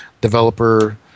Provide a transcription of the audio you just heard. developer